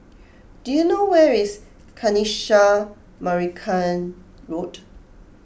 do you know where is Kanisha Marican Road